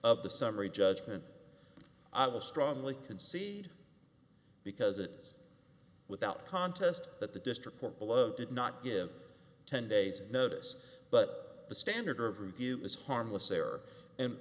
of the summary judgment i will strongly concede because it was without contest that the district court below did not give ten days notice but the standard or review was harmless error and